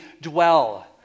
dwell